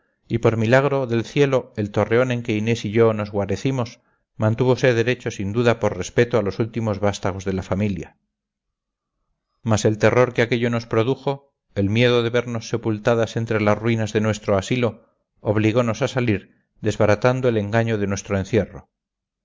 y por milagro del cielo el torreón en que inés y yo nos guarecimos mantúvose derecho sin duda por respeto a los últimos vástagos de la familia mas el terror que aquello nos produjo el miedo de vernos sepultadas entre las ruinas de nuestro asilo obligonos a salir desbaratando el engaño de nuestro encierro